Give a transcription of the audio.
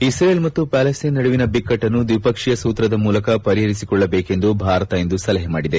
ಇಪ್ರೇಲ್ ಮತ್ತು ಪ್ಯಾಲೆಸ್ತೇನ್ ನಡುವಿನ ಬಿಕ್ಟ್ಟನ್ನು ದ್ವಿಪಕ್ಷೀಯ ಸೂತ್ರದ ಮೂಲಕ ಪರಿಹರಿಸಿಕೊಳ್ಳಬೇಕೆಂದು ಭಾರತ ಇಂದು ಸಲಹೆ ಮಾಡಿದೆ